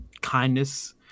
kindness